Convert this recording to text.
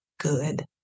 good